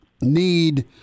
need